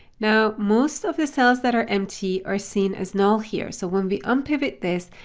now most of the cells that are empty are seen as null here. so when we unpivot this,